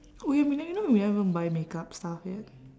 oh ya we n~ you know we never even buy makeup stuff yet